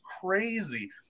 crazy